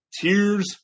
tears